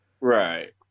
Right